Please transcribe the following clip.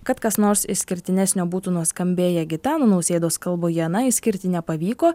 kad kas nors išskirtinesnio būtų nuskambėję gitano nausėdos kalboje na išskirti nepavyko